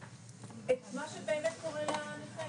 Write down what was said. משקפים את מה שבאמת קורה לנכה,